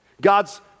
God's